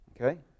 Okay